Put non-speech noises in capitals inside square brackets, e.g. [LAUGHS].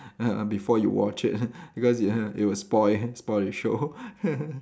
[LAUGHS] before you watch it [LAUGHS] because it [LAUGHS] it will spoil spoil the show [LAUGHS]